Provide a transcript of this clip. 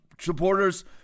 supporters